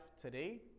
today